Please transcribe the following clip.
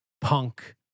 punk